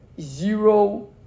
zero